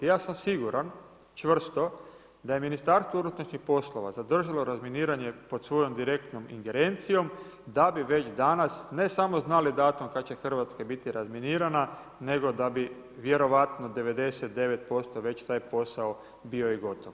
Ja sam siguran čvrsto da je Ministarstvo unutrašnjih poslova zadržalo razminiranje pod svojom direktnom ingerencijom, da bi već danas ne samo znali datum kad će Hrvatska biti razminirana nego da bi vjerojatno 99% već taj posao bio i gotov.